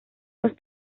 los